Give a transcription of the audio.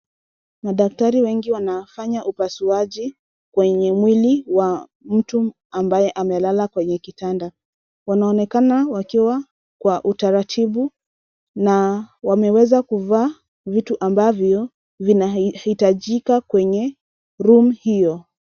Madaktari wengi wanafanya upasuaji kwenye mwili wa mtu ambaye amelala kwenye kitanda, wanaonekana wakiwa kwa utaratibu na wameweza kuvaa vitu ambavyo vinahitajika kwenye room hiyo.